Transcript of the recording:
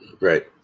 right